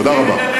תודה רבה.